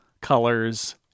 colors